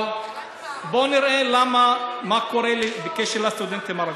אבל בואו נראה מה קורה בקשר לסטודנטים הערבים.